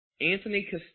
Anthony